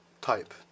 type